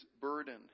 burden